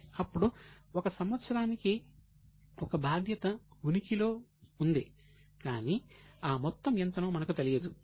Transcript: అప్పుడు 1 సంవత్సరానికి ఒక బాధ్యత ఉనికిలో ఉంది కాని ఆ మొత్తం ఎంతనో మనకు తెలియదు